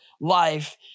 life